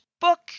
book